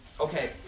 Okay